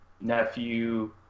nephew